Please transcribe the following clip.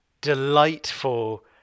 delightful